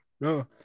no